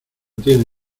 tiene